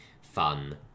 fun